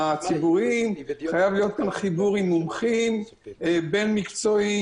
הציבוריים עם מומחים בין מקצועיים.